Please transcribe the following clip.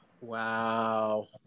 Wow